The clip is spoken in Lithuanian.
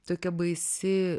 tokia baisi